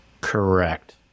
Correct